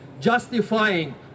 justifying